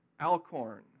Alcorn